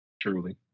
truly